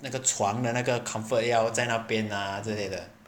那个床的那个 comfort 要在那边啊之类的